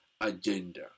agenda